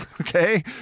okay